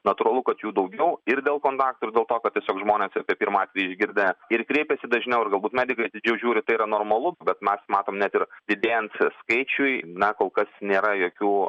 natūralu kad jų daugiau ir dėl kontaktų ir dėl to kad tiesiog žmonės apie pirmą atvejį išgirdę ir kreipiasi dažniau ir galbūt medikai atidžiau žiūri tai yra normalu bet mes matom net ir didėjant skaičiui na kol kas nėra jokių